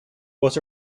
was